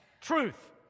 Truth